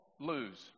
lose